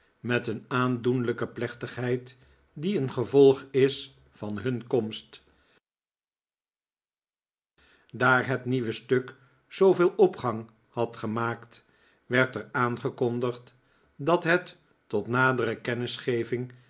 met een aandoenlijke plechtigheid die een gevolg is van hun komst daar het nieuwe stuk zooveel opgang had gemaakt werd er aarigekondigd dat het tot nadere